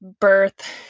birth